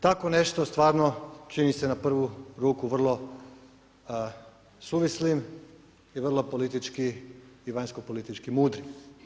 Tako nešto stvarno čini se na prvu ruku vrlo suvislim i vrlo politički i vanjskopolitički mudri.